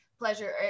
pleasure